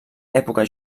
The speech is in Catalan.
època